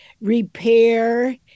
repair